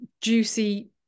juicy